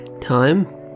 Time